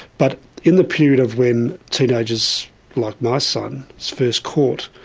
but in the period of when teenagers like my son first caught,